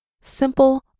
simple